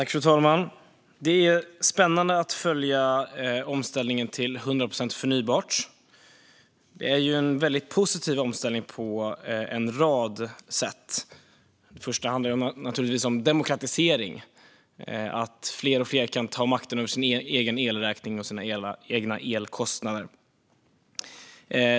Fru talman! Det är spännande att följa omställningen till 100 procent förnybart. Det är en väldigt positiv omställning på en rad sätt. I första hand handlar det naturligtvis om demokratisering, att fler och fler kan ta makten över sin egen elräkning och sina egna elkostnader.